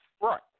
Right